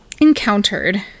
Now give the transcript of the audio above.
encountered